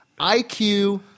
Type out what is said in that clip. IQ